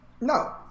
No